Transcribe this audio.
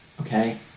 okay